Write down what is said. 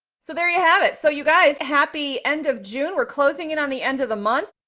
so there you have it. so you guys happy end of june. we're closing in on the end of the month.